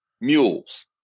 mules